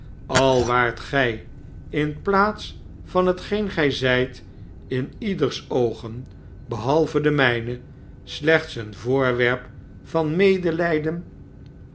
al waart gij in plaats van hetgeen gij zijt in ieders oogen behalve de mijne slechts een voorwerp vanmedelijdenenafkeer